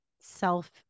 self